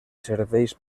serveis